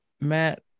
Matt